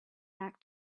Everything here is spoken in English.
back